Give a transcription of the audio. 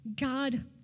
God